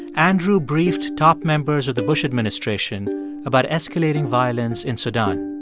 andrew briefed top members of the bush administration about escalating violence in sudan.